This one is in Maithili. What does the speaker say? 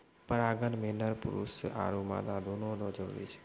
परागण मे नर पुष्प आरु मादा दोनो रो जरुरी छै